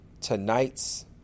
tonight's